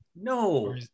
No